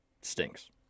stinks